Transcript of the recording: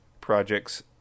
projects